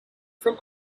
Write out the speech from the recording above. from